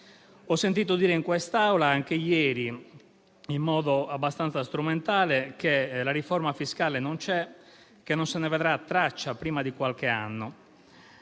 Ho sentito dire in Assemblea anche ieri, in modo abbastanza strumentale, che la riforma fiscale non c'è e che non se ne vedrà traccia prima di qualche anno.